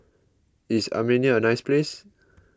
is Armenia a nice place